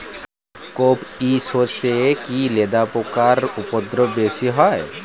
কোপ ই সরষে কি লেদা পোকার উপদ্রব বেশি হয়?